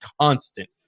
constant